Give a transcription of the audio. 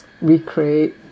recreate